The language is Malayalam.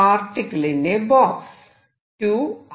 particle in a box 2